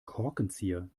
korkenzieher